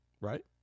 right